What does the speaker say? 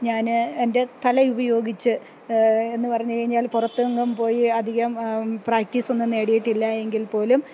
ഞാൻ എൻ്റെ തലയുപയോഗിച്ച് എന്ന് പറഞ്ഞ് കഴിഞ്ഞാൽ പുറത്തെങ്ങും പോയി അധികം പ്രാക്ടീസ് ഒന്നും നേടിയിട്ടില്ല എങ്കിൽ പോലും